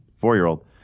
four-year-old